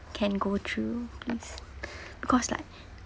can go through please because like